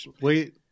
wait